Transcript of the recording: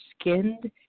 skinned